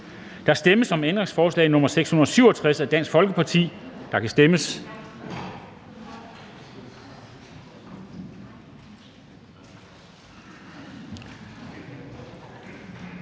Der stemmes om ændringsforslag nr. 681 af DF, og der kan stemmes.